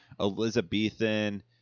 elizabethan